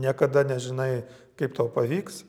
niekada nežinai kaip tau pavyks